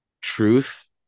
truth